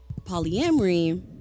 polyamory